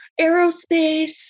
aerospace